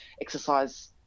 exercise